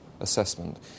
assessment